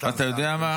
אתה יודע מה,